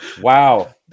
wow